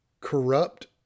corrupt